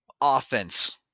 offense